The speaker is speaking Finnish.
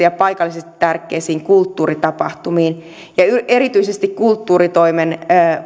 ja paikallisesti tärkeisiin kulttuuritapahtumiin erityisesti kulttuuritoimen